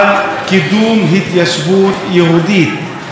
על קידום התיישבות יהודית,